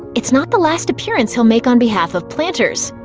it's not the last appearance he'll make on behalf of planters.